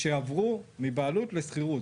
שעברו מבעלות לשכירות,